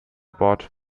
bord